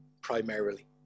primarily